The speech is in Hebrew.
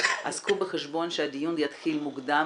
אז קחו בחשבון שהדיון יתחיל מוקדם,